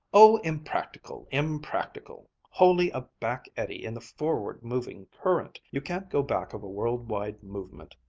oh, impractical! impractical! wholly a back-eddy in the forward-moving current. you can't go back of a world-wide movement.